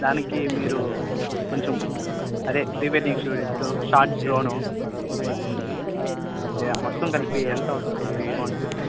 దానికి మీరు కొంచెం అదే ప్రీవెడ్డింగ్ షూట్ షాట్ డ్రోను అంటే మొత్తం కలిపి ఎంత అవుతుంది అమౌంటు